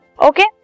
Okay